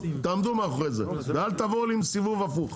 תעמדו מאחורי זה ואל תבואו לי עם סיבוב הפוך.